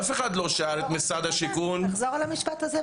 אף אחד לא שאל את משרד השיכון --- תחזור על המשפט הזה.